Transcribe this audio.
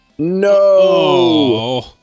No